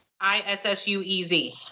I-S-S-U-E-Z